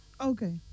Okay